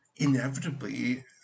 Inevitably